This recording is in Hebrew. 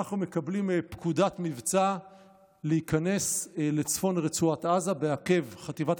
ואנחנו מקבלים פקודת מבצע להיכנס לצפון רצועת עזה בעקב חטיבת